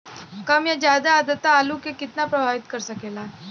कम या ज्यादा आद्रता आलू के कितना प्रभावित कर सकेला?